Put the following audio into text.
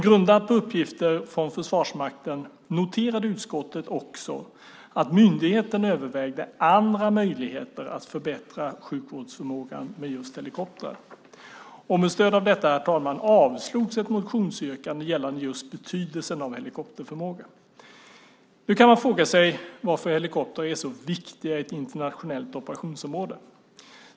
Grundat på uppgifter från Försvarsmakten noterade utskottet också att myndigheten övervägde andra möjligheter att förbättra sjukvårdsförmågan med just helikoptrar. Med stöd av detta, herr talman, avslogs ett motionsyrkande gällande just betydelsen av helikopterförmåga. Nu kan man fråga sig varför helikoptrar är så viktiga i ett internationellt operationsområde.